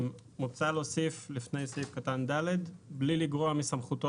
מוצע להוסיף לפני סעיף קטן (ד) "בלי לגרוע מסמכותו